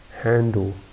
handle